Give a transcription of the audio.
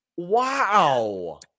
Wow